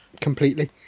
Completely